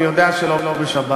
אני יודע שלא בשבת,